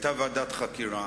היתה ועדת חקירה,